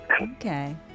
Okay